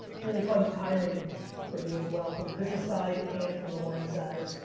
really fun timing for me as well from the business side and from the wine side.